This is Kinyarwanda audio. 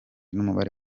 n’umubare